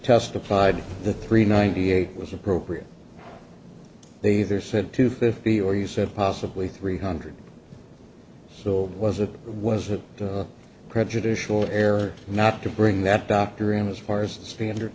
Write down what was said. testified the three ninety eight was appropriate they either said two fifty or you said possibly three hundred so was it was a prejudicial error not to bring that doctor in as far as the standard